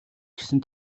гэсэн